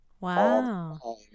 Wow